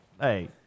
Hey